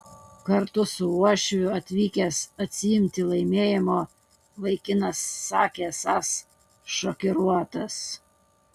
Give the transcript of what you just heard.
kartu su uošviu atvykęs atsiimti laimėjimo vaikinas sakė esąs šokiruotas